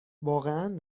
واقعا